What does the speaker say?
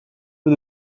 peu